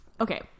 Okay